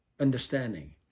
understanding